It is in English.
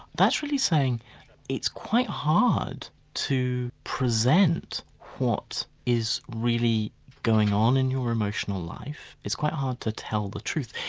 that's really saying it's quite hard to present what is really going on in your emotional life, it's quite hard to tell the truth,